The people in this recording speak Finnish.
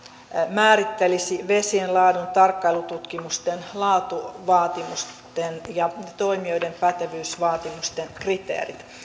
määrittelisi vesien laadun tarkkailututkimusten laatuvaatimusten ja toimijoiden pätevyysvaatimusten kriteerit